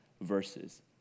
verses